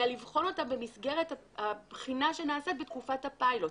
אלא לבחון אותם במסגרת הבחינה שנעשית בתקופת הפיילוט.